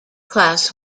class